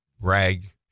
rag